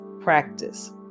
practice